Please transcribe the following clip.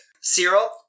Cyril